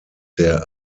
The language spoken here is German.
der